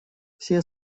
все